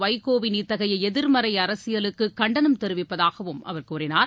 வைகோவின் இத்தகைய எதிர்மறை அரசியலுக்கு கண்டனம் தெரிவிப்பதாகவும் அவர் கூறினார்